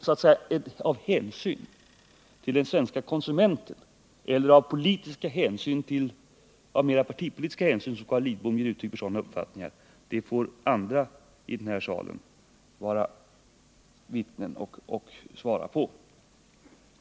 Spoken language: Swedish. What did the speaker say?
Om det är av hänsyn till den svenska konsumenten eller av mera partipolitiska hänsyn som Carl Lidbom ger uttryck för en sådan uppfattning får andra i denna kammare vittna om och svara på.